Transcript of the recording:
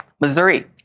Missouri